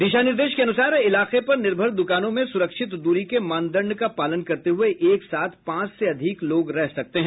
दिशा निर्देश के अनुसार इलाके पर निर्भर दुकानों में सुरक्षित दूरी के मानदंड का पालन करते हुए एक साथ पाँच से अधिक लोग रह सकते हैं